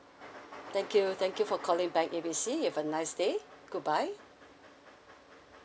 thank you thank you for calling bank A B C you have a nice day goodbye